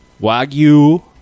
Wagyu